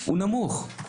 היא נמוכה.